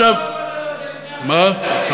למה לא אמרת לו את זה לפני הכנת התקציב?